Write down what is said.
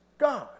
God